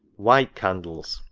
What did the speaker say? white candles,